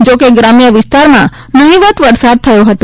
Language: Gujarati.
જો કે ગ્રામ્ય વિસ્તારમાં નહીવત વરસાદ થયો હતો